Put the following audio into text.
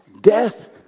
Death